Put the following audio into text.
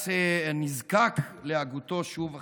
אני נזקק להגותו שוב ושוב.